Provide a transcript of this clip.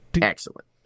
Excellent